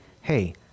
hey